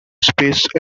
space